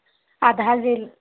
اَدٕ حظ ییٚلہِ